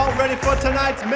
um ready for tonight's but